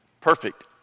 Perfect